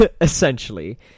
Essentially